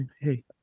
hey